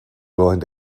willing